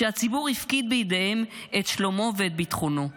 שהציבור הפקיד בידיהם את שלומו ואת ביטחונו.